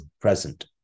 present